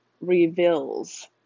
reveals